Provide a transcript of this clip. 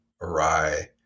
awry